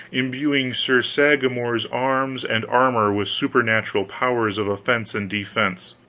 imbuing sir sagramor's arms and armor with supernal powers of offense and defense,